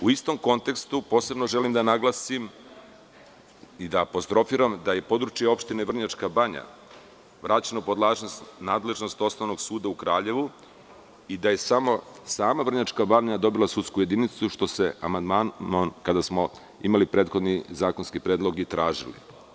U istom kontekstu posebno želim da naglasimi da apostrofiram da je područje opštine Vrnjačka Banja vraćeno pod nadležnosti Osnovnog suda u Kraljevu i da je sama Vrnjačka Banja dobila sudsku jedinicu, što smo amandmanom kada smo imali prethodni zakonski predlog tražili.